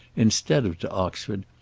instead of to oxford,